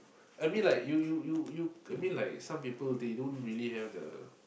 I mean like you you you you I mean like some people they don't really have the